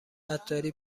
عطاری